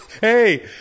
Hey